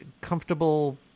comfortable